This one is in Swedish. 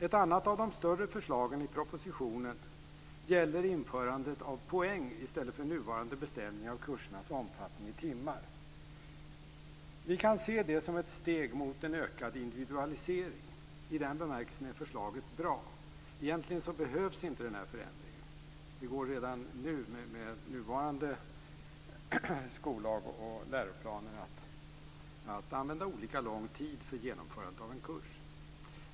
Ett annat av de större förslagen i propositionen gäller införandet av poäng i stället för nuvarande bestämning av kursernas omfattning i timmar. Vi kan se det som ett steg mot en ökad individualisering. I den bemärkelsen är förslaget bra. Egentligen behövs inte denna förändring, eftersom det redan med nuvarande skollag och läroplaner är möjligt att använda olika lång tid för genomförandet av en kurs.